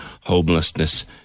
homelessness